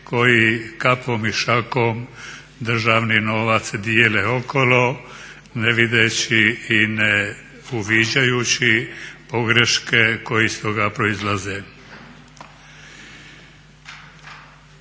koji kapom i šakom državni novac dijele okolo ne vidjevši i ne uviđajući pogreške koje iz toga proizlaze.